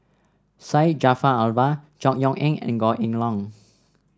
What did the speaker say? Syed Jaafar Albar Chor Yeok Eng and Goh Kheng Long